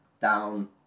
down